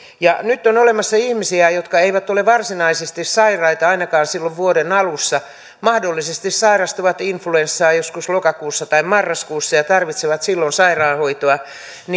nyt on olemassa ihmisiä jotka eivät ole varsinaisesti sairaita ainakaan silloin vuoden alussa mahdollisesti sairastuvat influenssaan joskus lokakuussa tai marraskuussa ja tarvitsevat silloin sairaanhoitoa